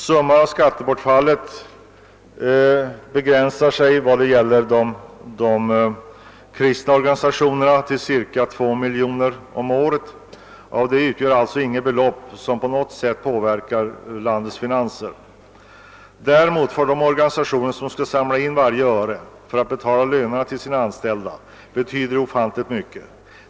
Summan av skattebortfallet begränsar sig när det gäller de kristna organisationerna till cirka 2 miljoner kronor om året, och detta belopp kan inte på något sätt påverka landets finanser. Men för de organisationer som skall samla in varje öre för att betala lönerna till sina anställda betyder beloppet ofantligt mycket.